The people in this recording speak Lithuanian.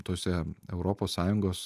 tose europos sąjungos